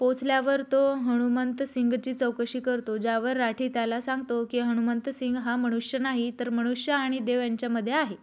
पोचल्यावर तो हनुमंतसिंगची चौकशी करतो ज्यावर राठी त्याला सांगतो की हनुमंतसिंग हा मनुष्य नाही तर मनुष्य आणि देव यांच्यामध्ये आहे